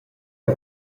che